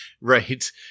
right